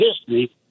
history